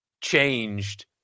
changed